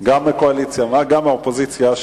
גם הקואליציה וגם האופוזיציה,